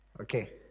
Okay